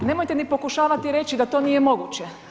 Nemojte ni pokušavati reći da to nije moguće.